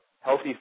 healthy